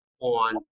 on